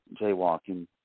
jaywalking